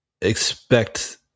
expect